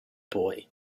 boy